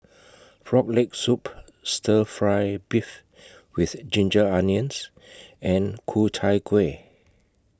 Frog Leg Soup Stir Fry Beef with Ginger Onions and Ku Chai Kueh